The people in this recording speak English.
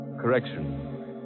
Correction